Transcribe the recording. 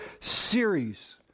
series